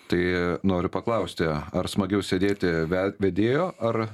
tai noriu paklausti ar smagiau sėdėti vedėjo ar